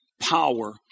power